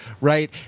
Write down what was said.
right